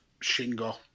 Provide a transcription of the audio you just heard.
Shingo